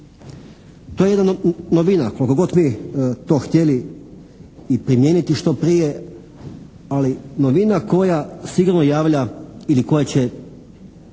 To je jedna novina koliko god mi to htjeli i primijeniti što prije, ali novina koja sigurno javlja ili koja će